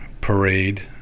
parade